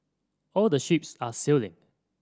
all the ships are sailing